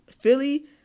Philly